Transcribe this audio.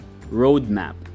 roadmap